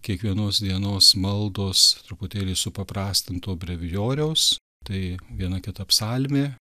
kiekvienos dienos maldos truputėlį supaprastinto abrevijoriaus tai viena kita psalmė